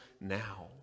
now